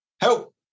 Help